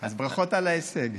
אז ברכות על ההישג.